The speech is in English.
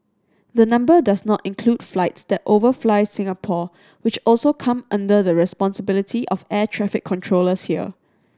the number does not include flights that overfly Singapore which also come under the responsibility of air traffic controllers here